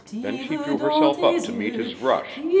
then she drew herself up to meet his rush,